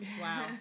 wow